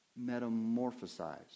metamorphosized